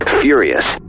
Furious